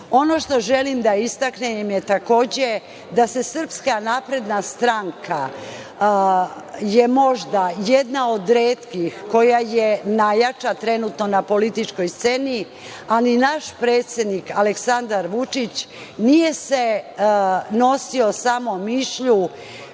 što želim da istaknem je takođe da je SNS možda jedna od retkih koja je najjača trenutno na političkoj sceni, ali naš predsednik Aleksandar Vučić, nije se nosio samo mišlju,